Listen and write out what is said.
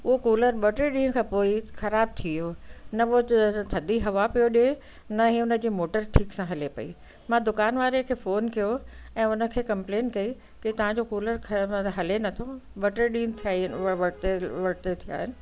उहो कूलर ॿ टे ॾींहं खां पोइ ख़राब थी वियो न पोइ त थधी हवा पियो ॾिए न ई हुन जे मोटर ठीक सां हले पई मां दुकानु वारे खे फोन कयो ऐं हुन खे कम्पलेन कई की तव्हांजो कूलर हले नथो ॿ टे ॾींहं थई वठिते थिया आहिनि